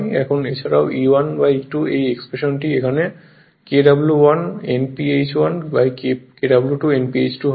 এখন এছাড়াও E1 E2 এই এক্সপ্রেশনটি এখানে Kw1 Nph1 Kw2 Nph 2 হবে